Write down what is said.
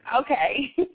Okay